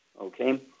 okay